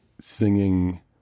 singing